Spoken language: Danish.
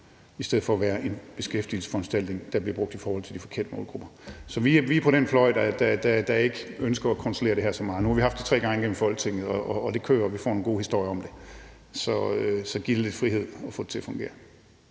i stedet for at være en beskæftigelsesforanstaltning, der bliver brugt til den forkerte målgruppe. Så vi er på den fløj, der ikke ønsker at kontrollere det her for meget. Nu har vi haft det igennem Folketinget tre gange, og det kører, og vi får en god historie om det. Så giv det lidt frihed, og få det til at fungere.